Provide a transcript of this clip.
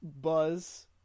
Buzz